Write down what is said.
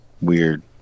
Weird